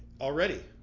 already